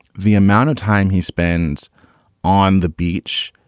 the amount of time he spends on the beach,